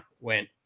went